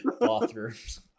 bathrooms